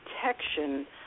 protection